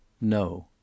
No